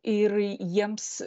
ir jiems